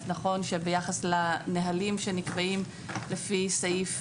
אז נכון שביחס לנהלים שנקבעים לפי סעיף